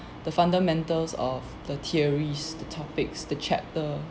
the fundamentals of the theories the topics the chapter